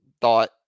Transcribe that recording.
thought